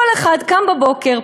כל אחד קם בבוקר,